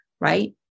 right